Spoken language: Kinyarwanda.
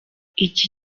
iki